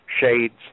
shades